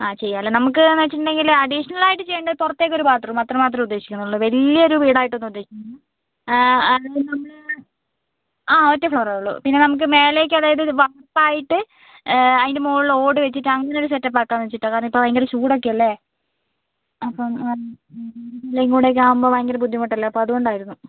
ആ ചെയ്യാം അല്ലേ നമുക്ക് എന്ന് വെച്ചിട്ടുണ്ടെങ്കിൽ അഡിഷണൽ ആയിട്ട് ചെയ്യേണ്ട പുറത്തേക്ക് ഒരു ബാത്ത്റൂം അത്ര മാത്രമേ ഉദ്ദേശിക്കുന്നുള്ളൂ വലിയ ഒരു വീട് ആയിട്ടൊന്നും ഉദ്ദേശിക്കുന്നില്ല അതിന് നമ്മൾ ആ ഒറ്റ ഫ്ലോറേ ഉള്ളൂ പിന്നെ നമുക്ക് മേലേക്ക് അതായത് ഒരു വാർപ്പ് ആയിട്ട് അതിൻ്റെ മുകളിൽ ഓട് വെച്ചിട്ട് അങ്ങനൊരു സെറ്റപ്പ് ആക്കാമെന്ന് വെച്ചിട്ടാണ് കാരണം ഇപ്പോൾ ഭയങ്കര ചൂട് ഒക്കെ അല്ലേ അപ്പം അവിടുന്ന് ഇങ്ങോട്ടേക്ക് ആകുമ്പം ഭയങ്കര ബുദ്ധിമുട്ട് അല്ലേ അപ്പോൾ അതുകൊണ്ടായിരുന്നു